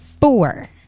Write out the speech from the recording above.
Four